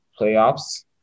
playoffs